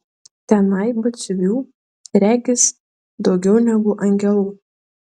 tenai batsiuvių regis daugiau negu angelų